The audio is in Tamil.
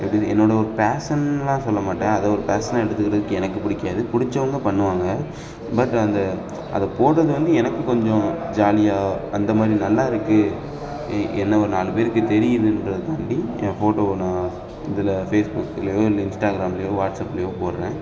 எப்படி என்னோடய ஒரு பேஷன்லாம் சொல்ல மாட்டேன் அதை ஒரு பேசனாக எடுத்துக்கிறதுக்கு எனக்குப் பிடிக்காது பிடிச்சவங்க பண்ணுவாங்க பட் அந்த அதை போடுறது வந்து எனக்கு கொஞ்சம் ஜாலியாக அந்த மாதிரி நல்லாயிருக்கு என்ன ஒரு நாலு பேருக்கு தெரியுதுன்றதுக்காண்டி என் ஃபோட்டோவை நான் இதில் ஃபேஸ்புக்லேயோ இல்லை இன்ஸ்டாக்ராம்லேயோ வாட்ஸப்லேயோ போடுறேன்